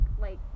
like-